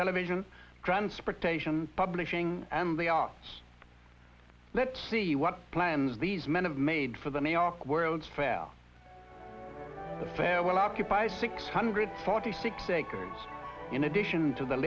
television transportation publishing and the arts let's see what plans these men have made for the new york world's fair the fair will occupy six hundred forty six acres in addition to the